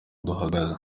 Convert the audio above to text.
duhagaze